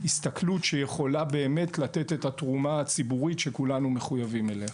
ההסתכלות שיכולה באמת לתת את התרומה הציבורית שכולנו מחויבים אליה.